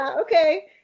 Okay